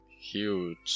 huge